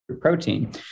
protein